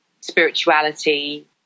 spirituality